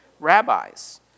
rabbis